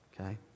okay